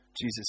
Jesus